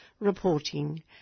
reporting